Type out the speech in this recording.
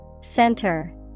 Center